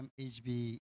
MHB